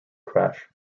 crash